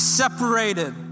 separated